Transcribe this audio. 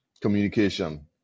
communication